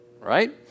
Right